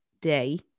day